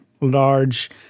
large